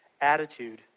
attitude